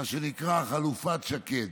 מה שנקרא "חלופת שקד"